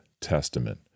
testament